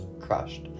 crushed